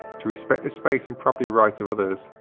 to respect the space and property rights of others,